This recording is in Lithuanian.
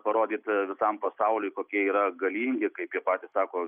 parodyt visam pasauliui kokie yra galingi kaip jie patys sako